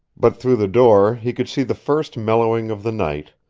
but through the door he could see the first mellowing of the night,